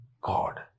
God